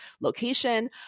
location